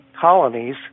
colonies